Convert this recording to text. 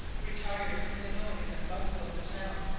retired from the noise and bustle of the town,